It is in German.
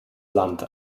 land